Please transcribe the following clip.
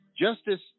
justice